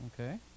Okay